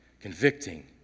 convicting